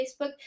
Facebook